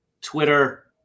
Twitter